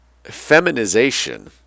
Feminization